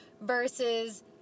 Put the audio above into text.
versus